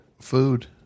food